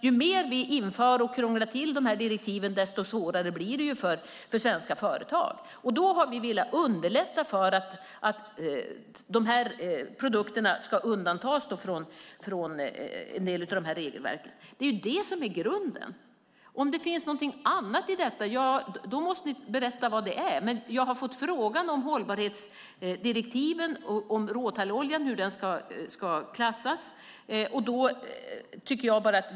Ju mer vi inför och krånglar till direktiven, desto svårare blir det ju för svenska företag. Då har vi velat underlätta så att produkterna ska undantas från en del av reglerna. Det är grunden. Om det finns något annat i detta måste ni berätta vad det är. Jag har fått frågan om hållbarhetsdirektiven och hur råtalloljan ska klassas.